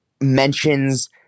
mentions